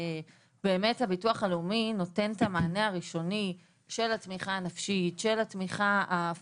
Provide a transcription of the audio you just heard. הביטוח הלאומי נותן את המענה הראשוני של התמיכה הנפשית והפיזית,